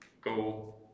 go